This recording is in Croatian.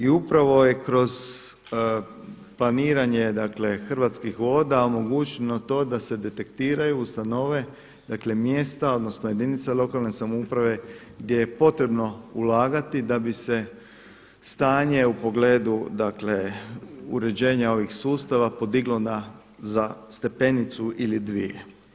I upravo je kroz planiranje, dakle Hrvatskih voda omogućeno to da se detektiraju, ustanove dakle mjesta, odnosno jedinice lokalne samouprave gdje je potrebno ulagati da bi se stanje u pogledu dakle uređenja ovih sustava podiglo na, za stepenicu ili dvije.